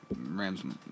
Rams